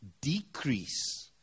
decrease